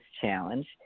challenge